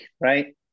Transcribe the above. right